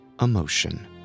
emotion